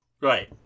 Right